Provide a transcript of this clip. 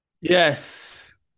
Yes